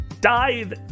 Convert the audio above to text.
dive